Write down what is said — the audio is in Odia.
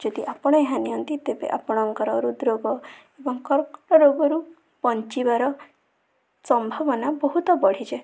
ଯଦି ଆପଣ ଏହା ନିଅନ୍ତି ତେବେ ଆପଣଙ୍କର ହୃଦରୋଗ ଏବଂ କର୍କଟ ରୋଗରୁ ବଞ୍ଚିବାର ସମ୍ଭାବନା ବହୁତ ବଢ଼ିଯାଏ